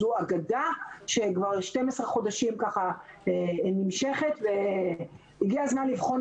זו אגדה שכבר 12 חודשים נמשכת והגיע הזמן לבחון